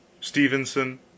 Stevenson